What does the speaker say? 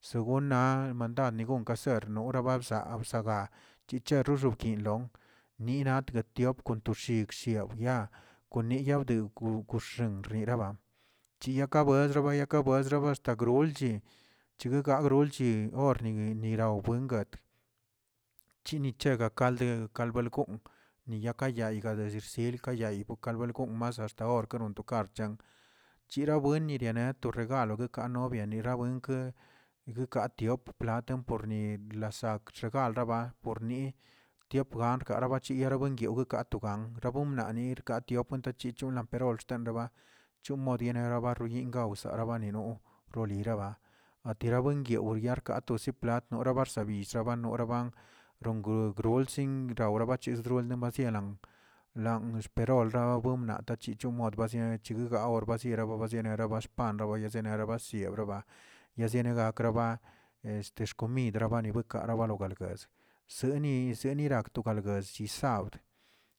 Según naa anigon kaser norabsaa bsa ga chichsro xokil ni nak tiop kontushig shi diaw ko neya dako- koxen yeraba, chiyakwez bedrayak buestraba axta gulch higuega glchri orni nira buengat, chinichene kald kal belgonꞌ ni kayalga gsil ka yeg yaa gon bel gon nsast axta gon tokar chan, chira buen nitardeto galo keganobi nirabuenke ika tiop plat' porni biasakxa raba pirni yoplarg garabachi guebueguin kato ga rabuin lanirkaꞌ yopuento chahcino por xten raba, chunera rabarui gawsa rabanino roliroba atiro buen yaguwi ka to siplatno barshabill rabano bagrod yegorgulsin rawra bachis lemasielan, lan experolxaa buemna tachichon bazienatagachiggon barsiera bigon niera baxpat buenzeya bana yebraba yeziene gakraba, este xkomidrabanio karobagaguelgyezd seni senera pal gas zilsabd